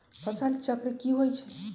फसल चक्र की होइ छई?